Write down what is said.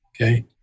okay